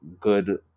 good